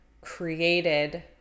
created